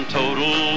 total